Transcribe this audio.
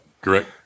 Correct